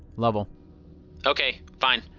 lovell okay. fine.